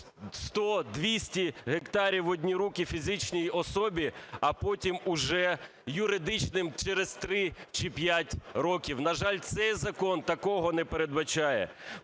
100, 200 гектарів в одні руки фізичній особі, а потім вже юридичним через 3 чи 5 років. На жаль, цей закон такого не передбачає.